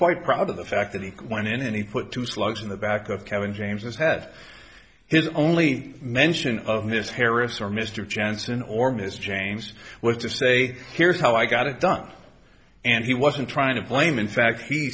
spite proud of the fact that he went in and he put two slugs in the back of kevin james his head his only mention of miss harris or mr johnson or ms james was to say here's how i got it done and he wasn't trying to blame in fact he